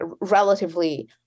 relatively